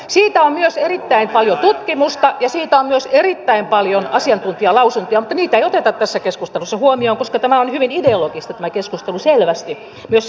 siitä on myös erittäin paljon tutkimusta ja siitä on myös erittäin paljon asiantuntijalausuntoja mutta niitä ei oteta tässä keskustelussa huomioon koska tämä keskustelu on hyvin ideologista selvästi myös siltä puolelta